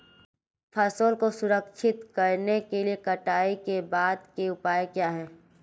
फसल को संरक्षित करने के लिए कटाई के बाद के उपाय क्या हैं?